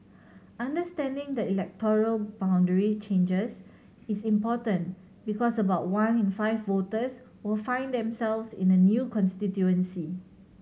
understanding the electoral boundary changes is important because about one in five voters will find themselves in a new constituency